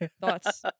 thoughts